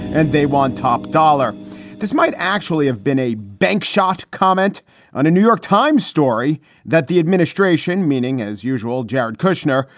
and they want top dollar this might actually have been a bank shot. comment on a new york times story that the administration, meaning, as usual, jared kushner,